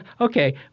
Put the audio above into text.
Okay